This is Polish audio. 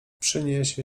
przyniesie